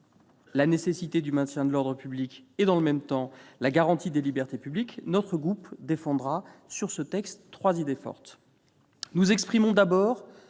la nécessité du maintien de l'ordre public et, dans le même temps, la nécessaire garantie des libertés publiques, notre groupe défendra trois idées fortes. Nous exprimons d'abord